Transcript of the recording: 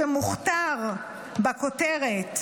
שמוכתר בכותרת